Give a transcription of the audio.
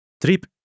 trip